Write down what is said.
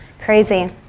Crazy